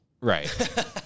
Right